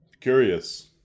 curious